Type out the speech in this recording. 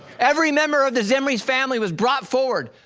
every member of the zimri's family was brought forward,